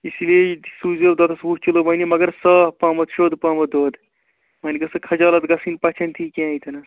اِسی لیے سوٗزۍزیٚو دۄدَس وُہ کِلوٗ وۅنۍ یہِ مگر صاف پہم شوٚد پہم دۄد وۅنۍ گٔژھ نہٕ خَجالت گَژھٕنۍ پَژھَٮ۪ن تھی کیٚنٛہہ ییٚتنَس